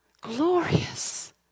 glorious